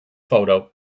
photo